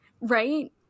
Right